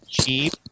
cheap